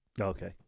Okay